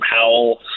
Howell